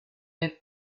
and